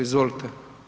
Izvolite.